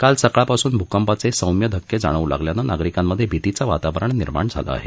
काल सकाळपासून भूकंपाचे सौम्य धक्के जाणवू लागल्याने नागरिकांमध्ये भीतीचं वातावरण निर्माण झालं आहे